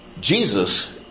Jesus